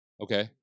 Okay